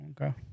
Okay